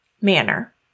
manner